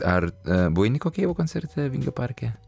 ar a buvai niko keivo koncerte vingio parke